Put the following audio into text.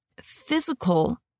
physical